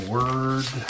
Word